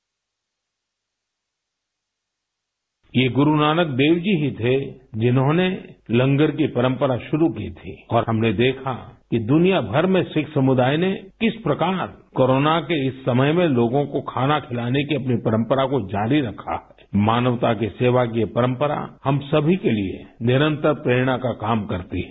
bite ये गुरु नानक देव जी ही थे जिन्होंने लंगर की परंपरा शुरू की थी और हमने देखा कि दुनिया भर में सिख समुदाय ने किस प्रकार कोरोना के इस समय में लोगों को खाना खिलाने की अपनी परंपरा को जारी रखा है मानवता की सेवा की ये परंपरा हम सभी के लिए निरंतर प्रेरणा का काम करती है